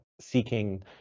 seeking